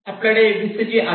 आपल्याकडे VCG आहे